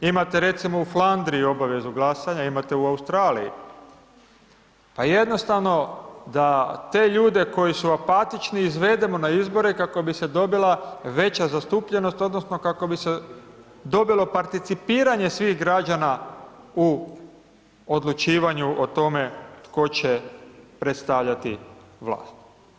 Imate recimo u Flandriji obavezu glasanja, imate u Australiji, pa jednostavno da te ljude koji su apatični izvedemo na izbore kako bi se dobila veća zastupljenost odnosno kako bi se dobilo participiranje svih građana u odlučivanju o tome tko će predstavljati vlast.